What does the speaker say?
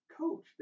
coach